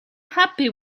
happy